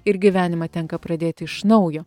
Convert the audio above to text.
ir gyvenimą tenka pradėti iš naujo